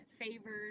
favored